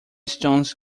stones